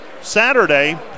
Saturday